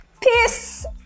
peace